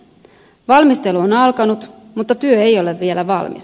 valmistelu on alkanut mutta työ ei ole vielä valmis